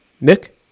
Nick